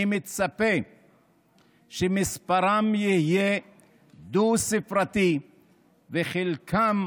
אני מצפה שמספרם יהיה דו-ספרתי וחלקם